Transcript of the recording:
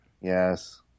Yes